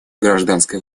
гражданской